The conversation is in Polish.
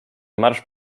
marsz